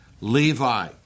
Levi